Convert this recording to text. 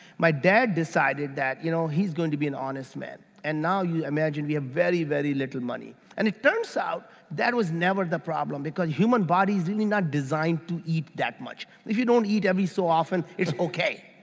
my dad decided that, you know, he's going to be an honest man and now you imagine we have very, very little money and it turns out that was never the problem because human bodies really not designed to eat that much. if you don't eat every so often, it's okay.